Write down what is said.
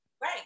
Right